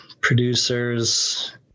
producers